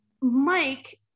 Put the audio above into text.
Mike